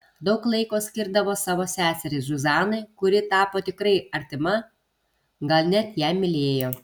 daug laiko skirdavo savo seseriai zuzanai kuri tapo tikrai artima gal net ją mylėjo